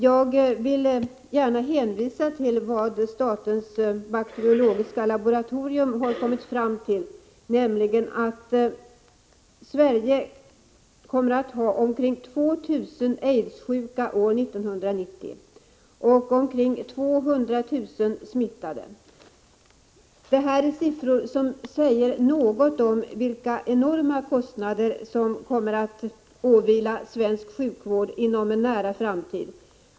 Jag vill gärna hänvisa till vad statens bakteriologiska laboratorium har kommit fram till, nämligen att Sverige år 1990 kommer att ha omkring 2 000 aidssjuka och ca 200 000 smittade. Detta är siffror som säger något om vilka enorma kostnader som kommer att åvila svensk sjukvård inom en nära framtid.